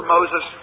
Moses